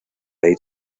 air